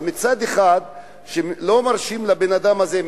מצד אחד לא מרשים לבן-אדם הזה,